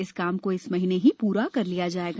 इस काम को इस महीने पूरा कर लिया जाएगा